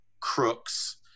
crooks